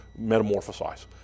metamorphosize